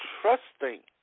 trusting